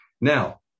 Now